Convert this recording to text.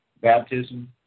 baptism